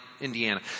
Indiana